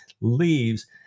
leaves